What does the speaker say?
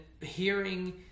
hearing